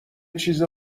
چیز